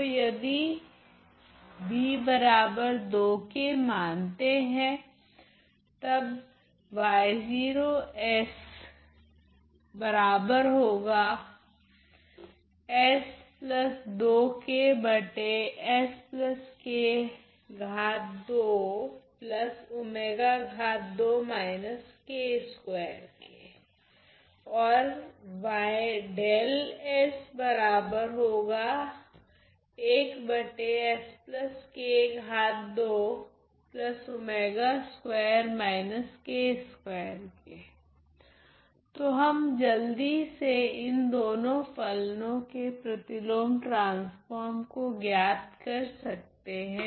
तो यदि b2k मानते है तब तो हम जल्दी से इन दोनों फलनों के प्रतिलोम ट्रांसफोर्म को ज्ञात कर सकते है